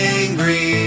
angry